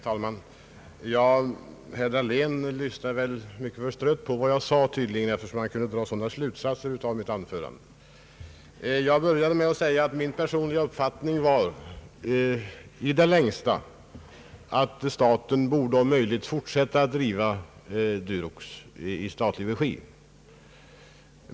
Herr talman! Herr Dahlén lyssnade tydligen mycket förstrött till vad jag sade, eftersom han kunde dra sådana slutsatser av mitt anförande. Jag började med att säga att min personliga uppfattning i det längsta var att staten borde om möjligt fortsätta att driva Durox.